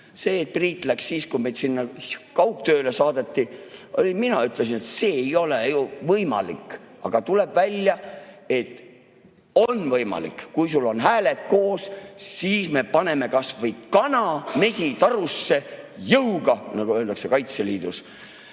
minna. Priit läks siis, kui meid kaugtööle saadeti, ja mina ütlesin, et see ei ole ju võimalik. Aga tuleb välja, et on võimalik. Kui sul on hääled koos, siis me paneme kas või kana mesitarusse. Jõuga, nagu öeldakse Kaitseliidus.